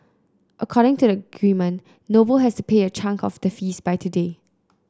according to the agreement Noble has to pay a chunk of the fees by today